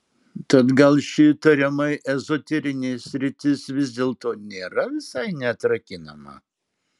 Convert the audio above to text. tad gal ši tariamai ezoterinė sritis vis dėlto nėra visai neatrakinama